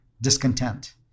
discontent